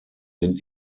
sind